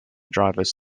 drivers